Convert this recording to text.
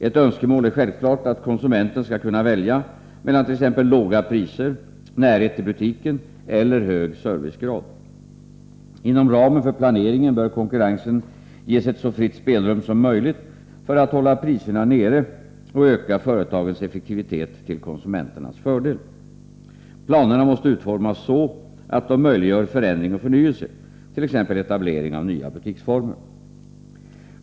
Ett önskemål är självklart att konsumenten skall kunna välja mellan t.ex. låga priser, närhet till butiken eller hög servicegrad. Inom ramen för planeringen bör konkurrensen ges ett så fritt spelrum som möjligt för att hålla priserna nere och öka företagens effektivitet till konsumenternas fördel. Planerna måste utformas så att de möjliggör förändring och förnyelse, t.ex. etablering av nya butiksformer.